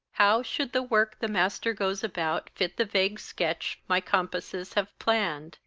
how should the work the master goes about fit the vague sketch my compasses have planned?